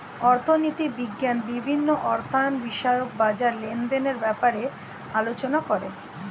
অর্থনীতি বিজ্ঞান বিভিন্ন অর্থায়ন বিষয়ক বাজার লেনদেনের ব্যাপারে আলোচনা করে